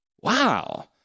wow